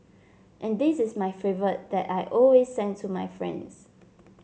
and this is my favourite that I always send to my friends